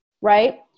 right